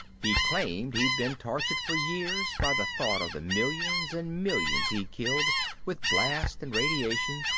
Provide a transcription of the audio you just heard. he claimed he'd been tortured for years by the thought of the millions and millions he'd killed with blast and radiation,